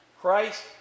Christ